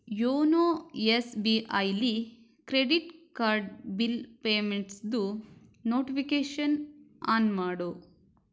YONO S B ಐಲಿ credit card bill ಪೇಮೆಂಟ್ಸ್ದು notification on ಮಾಡು